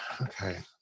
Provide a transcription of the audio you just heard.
Okay